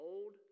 Old